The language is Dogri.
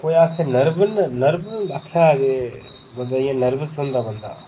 नर्वस आखेआ कि इ'यां नर्वस होंदा बंदा